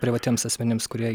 privatiems asmenims kurie